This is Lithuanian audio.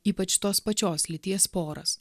ypač tos pačios lyties poras